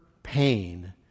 pain